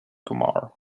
kumar